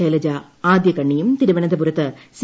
ശൈലജ ആദ്യകണ്ണിയും തിരുവനന്തപുരത്ത് സി